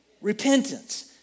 Repentance